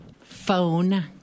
phone